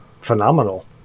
phenomenal